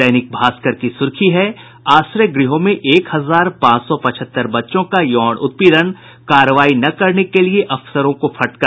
दैनिक भास्कर की सुर्खी है आश्रय गृहों में एक हजार पांच सौ पचहत्तर बच्चों का यौन उत्पीड़न कार्रवाई न करने के लिए अफसरों को फटकार